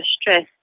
stress